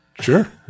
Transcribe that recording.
Sure